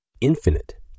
Infinite